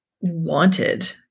wanted